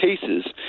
cases